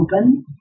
open